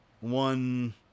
one